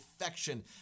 affection